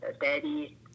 Daddy